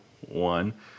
one